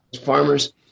farmers